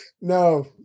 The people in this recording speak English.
no